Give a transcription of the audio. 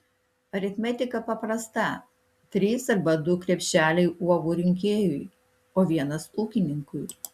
aritmetika paprasta trys arba du krepšeliai uogų rinkėjui o vienas ūkininkui